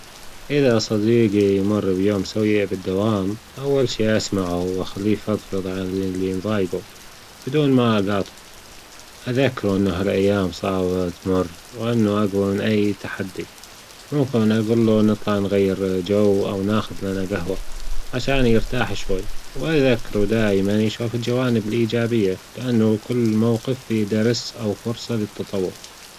إذا صديجي مر بيوم سئ بالدوام أول شي أسمعه وأخليه يفضفض على اللي مضايجه بدون ما أقاطعه، أذكره أنه هالأيام الصعبة تمر، وإنه أجوى من أي تحدي، ممكن أجول له نطلع نغير جو أو نأخذ لنا جهوة عشان يرتاح شوي، وأذكره دايما يشوف الجوانب الإيجابية لأنه كل موقف في درس أو فرصة للتطور.